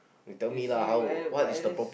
as you at but at least